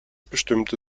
bestimmte